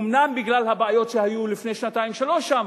אומנם בגלל הבעיות שהיו לפני שנתיים-שלוש שם,